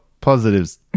Positive's